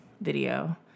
video